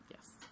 Yes